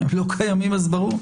אם הם לא קיימים אז ברור.